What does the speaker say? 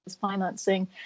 financing